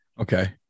Okay